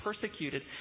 persecuted